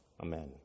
Amen